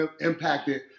impacted